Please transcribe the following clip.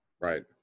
Right